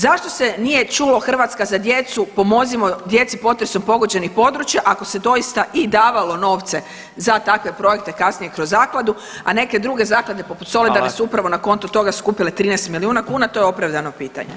Zašto se nije čulo Hrvatska za djecu, pomozimo djeci potresom pogođenih područja, ako se doista i davalo novce za takve projekte, kasnije kroz Zakladu, a neke druge zaklade, poput Solidarne su upravo [[Upadica: Hvala.]] na konto toga skupile 13 milijuna kuna, to je opravdano pitanje.